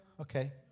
okay